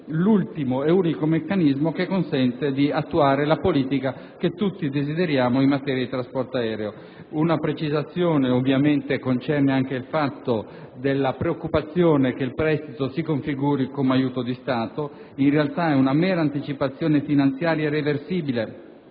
l'ultimo e unico meccanismo che consente di attuare la politica che tutti desideriamo in materia di trasporto aereo. Un'ulteriore precisazione concerne la preoccupazione che il prestito si configuri come aiuto di Stato. In realtà si tratta di una mera anticipazione finanziaria reversibile,